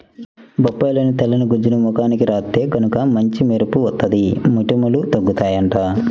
బొప్పాయిలోని తెల్లని గుజ్జుని ముఖానికి రాత్తే గనక మంచి మెరుపు వత్తది, మొటిమలూ తగ్గుతయ్యంట